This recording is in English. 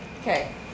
Okay